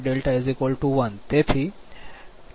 4 p